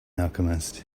alchemist